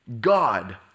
God